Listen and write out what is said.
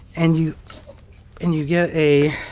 and you and you get a